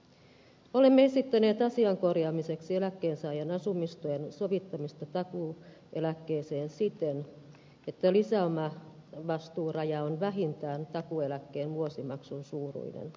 me olemme esittäneet asian korjaamiseksi eläkkeensaajan asumistuen sovittamista takuu eläkkeeseen siten että lisäomavastuuraja on vähintään takuueläkkeen vuosimaksun suuruinen